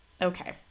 Okay